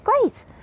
great